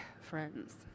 friends